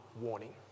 warning